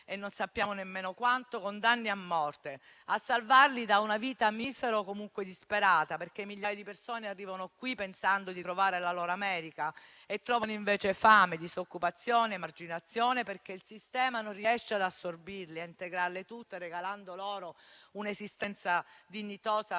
(non sappiamo nemmeno quanto) e da una vita misera o comunque disperata, perché migliaia di persone arrivano qui pensando di trovare la loro America e trovano invece fame, disoccupazione ed emarginazione, dato che il sistema non riesce ad assorbirle e integrarle tutte, regalando loro un'esistenza dignitosa